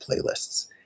playlists